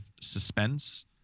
suspense